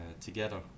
together